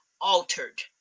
altered